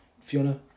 Fiona